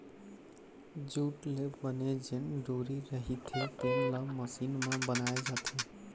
jute ले बने जेन डोरी रहिथे तेन ल मसीन म बनाए जाथे